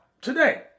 today